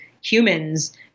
humans